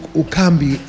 ukambi